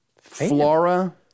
Flora